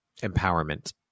empowerment